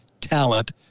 Talent